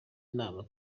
inama